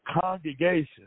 congregation